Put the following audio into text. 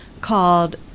called